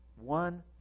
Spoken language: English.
one